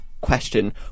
question